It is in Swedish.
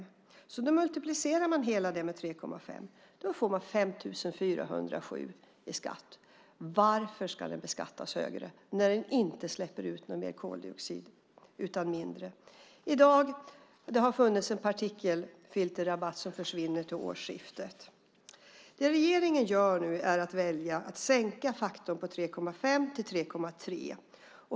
Då multiplicerar man detta med 3,5, och då får man 5 407 kronor i skatt. Varför ska dieselbilen beskattas högre när den inte släpper ut mer koldioxid utan mindre? Det har funnits en partikelfilterrabatt som försvinner vid årsskiftet. Det regeringen nu gör är att välja att sänka faktorn på 3,5 till 3,3.